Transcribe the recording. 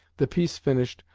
the piece finished,